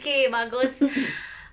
okay bagus